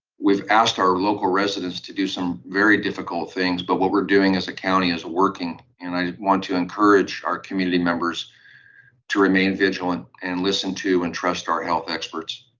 we've asked our local residents to do some very difficult things, but what we're doing as a county is working and i want to encourage our community members to remain vigilant and listen to and trust our health experts.